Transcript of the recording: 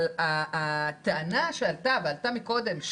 אבל הטענה שעלתה ועלתה מקודם,